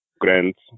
grants